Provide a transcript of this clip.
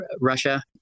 Russia